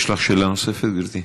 יש לך שאלה נוספת, גברתי?